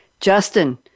Justin